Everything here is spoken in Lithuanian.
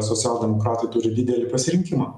socialdemokratai turi didelį pasirinkimą